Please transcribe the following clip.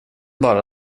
bara